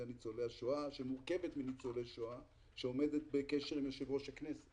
ניצולי השואה שמורכבת מניצולי שואה והיא עומדת בקשר עם יושב ראש הכנסת